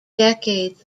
decades